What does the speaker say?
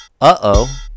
Uh-oh